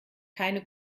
keine